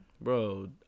bro